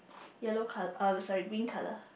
yellow colour uh sorry green colour